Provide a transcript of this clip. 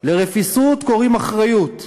לרפיסות קוראים "אחריות",